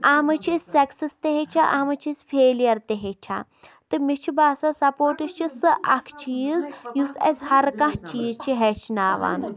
اَتھ منٛز چھِ أسۍ سَکسیٚس تہِ ہیٚچھان اَتھ منٛز چھِ أسۍ فیلیر تہِ ہیٚچھان تہٕ مےٚ چھُ باسان سَپوٹٕس چھُ سُہ اکھ چیٖز یُس اَسہِ ہر کانہہ چیٖز چھُ ہیٚچھناوان